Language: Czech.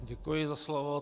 Děkuji za slovo.